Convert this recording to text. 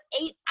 eight